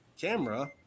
camera